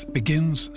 begins